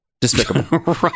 Despicable